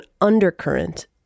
undercurrent